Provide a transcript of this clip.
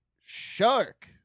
shark